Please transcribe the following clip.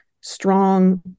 strong